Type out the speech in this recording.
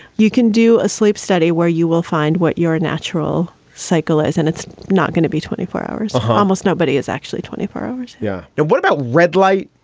you can do a sleep study where you will find what your natural cycle is. and it's not going to be twenty four hours. almost nobody is actually twenty four hours. yeah. now, what about red light?